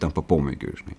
tampa pomėgiu žinai